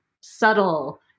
subtle